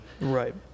right